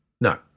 no